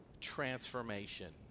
transformation